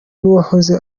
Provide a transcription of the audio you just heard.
n’uwahoze